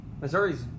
Missouri's